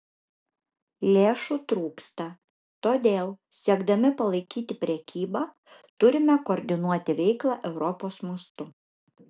lėšų trūksta todėl siekdami palaikyti prekybą turime koordinuoti veiklą europos mastu